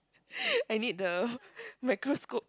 I need the microscope